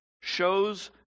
shows